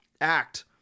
act